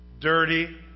Dirty